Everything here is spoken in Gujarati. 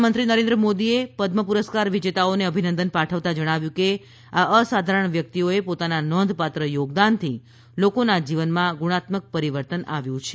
પ્રધાનમંત્રી નરેન્દ્રમોદીએ પદમ પુરસ્કાર વિજેતાઓને અભિનંદન પાઠવતા જણાવ્યું હતું કે આ અસાધારણ વ્યક્તિઓએ પોતાના નોંધપાત્ર યોગદાનથી લોકોના જીવનમાં ગુણાત્મક પરિવર્તન આવ્યું છે